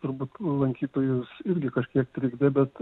turbūt lankytojus irgi kažkiek trikdė bet